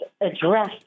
address